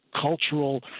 cultural